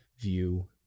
view